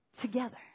together